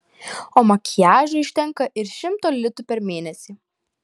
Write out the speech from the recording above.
o makiažui užtenka ir šimto litų per mėnesį